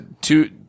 two